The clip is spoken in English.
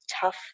tough